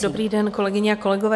Dobrý den, kolegyně a kolegové.